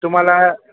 तुम्हाला